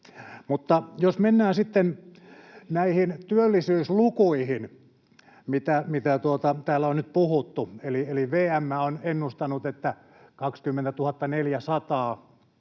Jos mennään sitten näihin työllisyyslukuihin, joista täällä on nyt puhuttu, eli VM on ennustanut, että 20 400